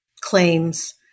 claims